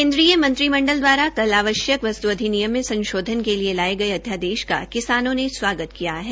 केन्द्रीय मंत्रिमंडल द्वारा कल आवश्यक वस्तु अधिनियम में संशोधन के लिए लाये गये अध्यादेश का किसानों ने स्वागत किया है